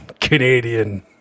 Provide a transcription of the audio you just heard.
Canadian